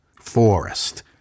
forest